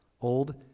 Old